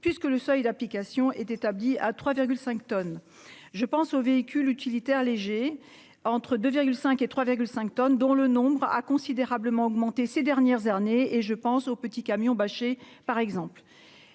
puisque le seuil d'application est établie à 3 5 tonnes. Je pense aux véhicules utilitaires légers. Entre 2,5 et 3,5 tonnes dont le nombre a considérablement augmenté ces dernières et je pense aux petits camions bâchés par exemple